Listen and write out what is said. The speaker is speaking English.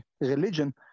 religion